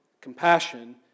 compassion